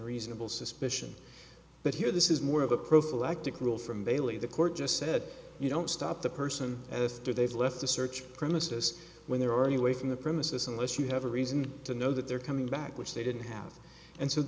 reasonable suspicion but here this is more of a prophylactic rule from bailey the court just said you don't stop the person as they've left the search premises when they're already away from the premises unless you have a reason to know that they're coming back which they didn't have and so